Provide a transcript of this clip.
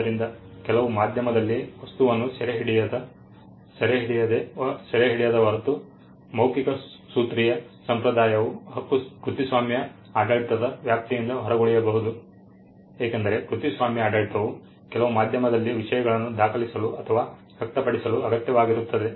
ಆದ್ದರಿಂದ ಕೆಲವು ಮಾಧ್ಯಮದಲ್ಲಿ ವಸ್ತುವನ್ನು ಸೆರೆಹಿಡಿಯದ ಹೊರತು ಮೌಖಿಕ ಸೂತ್ರೀಯ ಸಂಪ್ರದಾಯವು ಕೃತಿಸ್ವಾಮ್ಯ ಆಡಳಿತದ ವ್ಯಾಪ್ತಿಯಿಂದ ಹೊರಗುಳಿಯಬಹುದು ಏಕೆಂದರೆ ಕೃತಿಸ್ವಾಮ್ಯ ಆಡಳಿತವು ಕೆಲವು ಮಾಧ್ಯಮದಲ್ಲಿ ವಿಷಯಗಳನ್ನು ದಾಖಲಿಸಲು ಅಥವಾ ವ್ಯಕ್ತಪಡಿಸಲು ಅಗತ್ಯವಾಗಿರುತ್ತದೆ